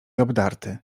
obdarty